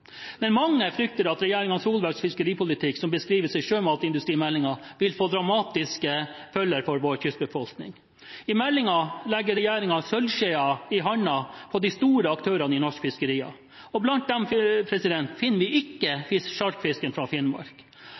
Men mange frykter at regjeringen Solbergs fiskeripolitikk, som beskrives i sjømatindustrimeldingen, vil få dramatiske følger for vår kystbefolkning. I meldingen legger regjeringen sølvskjeen i hånden på de store aktørene i norske fiskerier, og blant dem finner vi ikke sjarkfiskeren fra Finnmark.